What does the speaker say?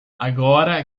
agora